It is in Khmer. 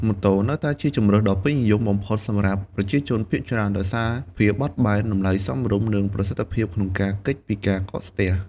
ម៉ូតូ នៅតែជាជម្រើសដ៏ពេញនិយមបំផុតសម្រាប់ប្រជាជនភាគច្រើន ដោយសារភាពបត់បែន តម្លៃសមរម្យ និងប្រសិទ្ធភាពក្នុងការគេចពីការកកស្ទះ។